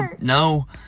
no